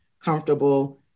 comfortable